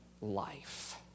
life